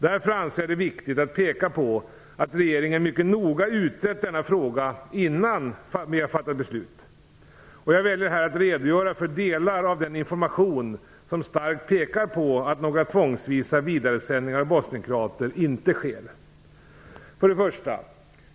Därför anser jag det viktigt att peka på att regeringen mycket noga utrett denna fråga innan den fattat beslut. Jag väljer här att redogöra för delar av den information som starkt pekar på att några tvångsvisa vidaresändningar av bosnien-kroater inte sker.